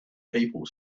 people